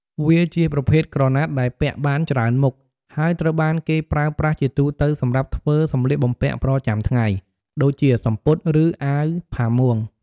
វាជាប្រភេទក្រណាត់ដែលពាក់បានច្រើនមុខ ហើយត្រូវបានគេប្រើប្រាស់ជាទូទៅសម្រាប់ធ្វើ សម្លៀកបំពាក់ប្រចាំថ្ងៃ ដូចជាសំពត់ ឬអាវផាមួង។